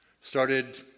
Started